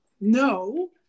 no